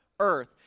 earth